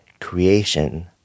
creation